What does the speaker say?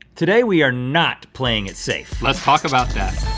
today we are not playing it safe. let's talk about that.